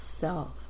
self